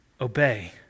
Obey